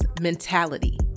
mentality